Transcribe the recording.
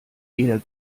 jeder